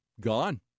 gone